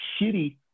shitty